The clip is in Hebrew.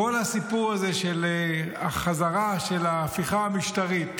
כל הסיפור הזה של החזרה של הפיכה המשטרית